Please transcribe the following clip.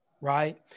right